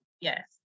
Yes